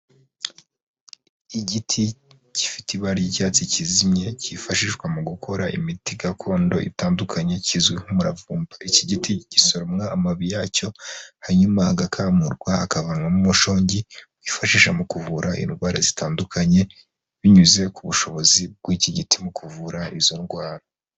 Igiti gifite ibara ry'icyatsi kizimye cyifashishwa mu gukora imiti gakondo itandukanye kizwi nk'umuravumba. Iki giti gisoromwa amababi yacyo, hanyuma agakamurwa, akavanwamo umushongi bifashisha mu kuvura indwara zitandukanye binyuze ku bushobozi bw'iki giti mu kuvura izo ndwara.